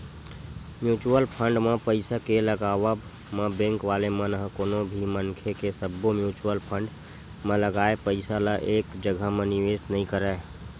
mutual fund म पइसा के लगावब म बेंक वाले मन ह कोनो भी मनखे के सब्बो म्युचुअल फंड म लगाए पइसा ल एक जघा म निवेस नइ करय